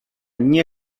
nie